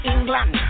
England